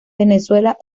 venezuela